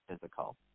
physical